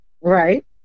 right